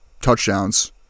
touchdowns